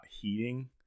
heating